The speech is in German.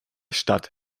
stadt